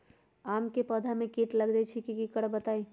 आम क पौधा म कीट लग जई त की करब बताई?